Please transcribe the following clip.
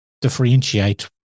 differentiate